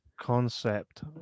concept